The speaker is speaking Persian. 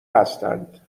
هستند